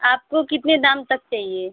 आपको कितने दाम तक चाहिए